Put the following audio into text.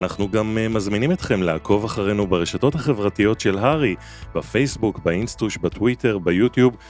אנחנו גם מזמינים אתכם לעקוב אחרינו ברשתות החברתיות של הרי בפייסבוק, באינסטוש, בטוויטר, ביוטיוב